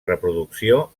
reproducció